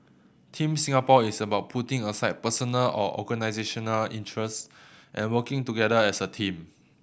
Team Singapore is about putting aside personal or organisational interest and working together as a team